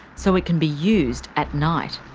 so it can be used at night.